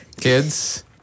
Kids